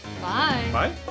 Bye